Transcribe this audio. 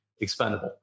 expendable